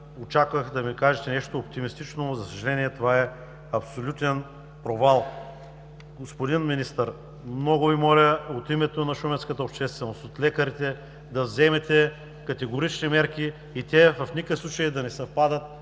очаквах да ми кажете нещо оптимистично, но за съжаление това е абсолютен провал! Господин Министър, много Ви моля от името на шуменската общественост, от лекарите, да вземете категорични мерки и те в никакъв случай да не съвпадат